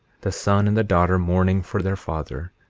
the son and the daughter mourning for their father,